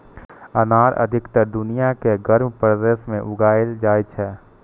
अनार अधिकतर दुनिया के गर्म प्रदेश मे उगाएल जाइ छै